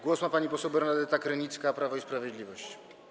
Głos ma pani poseł Bernadeta Krynicka, Prawo i Sprawiedliwość.